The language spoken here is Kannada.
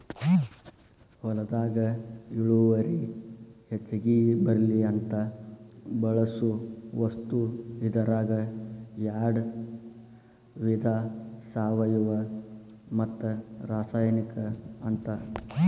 ಹೊಲದಾಗ ಇಳುವರಿ ಹೆಚಗಿ ಬರ್ಲಿ ಅಂತ ಬಳಸು ವಸ್ತು ಇದರಾಗ ಯಾಡ ವಿಧಾ ಸಾವಯುವ ಮತ್ತ ರಾಸಾಯನಿಕ ಅಂತ